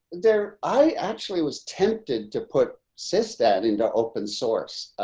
there i actually was tempted to put systat into open source.